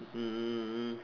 um